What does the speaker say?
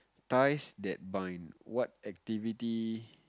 ties that bind what activity